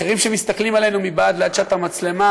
אחרים שמסתכלים עלינו מבעד לעדשת המצלמה,